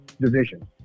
division